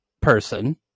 person